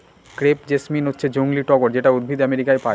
crepe jasmine হচ্ছে জংলী টগর যেটা উদ্ভিদ আমেরিকায় পায়